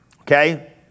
okay